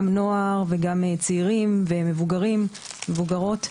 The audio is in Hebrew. גם נוער, גם צעירים, גם מבוגרים ומבוגרות.